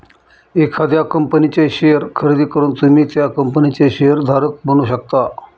एखाद्या कंपनीचे शेअर खरेदी करून तुम्ही त्या कंपनीचे शेअर धारक बनू शकता